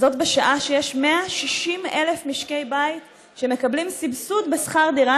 זאת בשעה שיש 160,000 משקי בית שמקבלים סבסוד בשכר דירה,